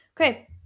Okay